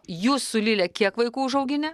jūs su lile kiek vaikų užauginę